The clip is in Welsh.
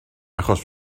achos